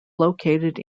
located